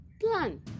plan